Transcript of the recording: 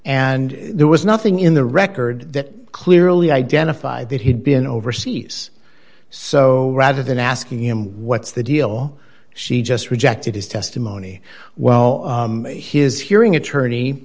and there was nothing in the record that clearly identified that he'd been overseas so rather than asking him what's the deal she just rejected his testimony well his hearing attorney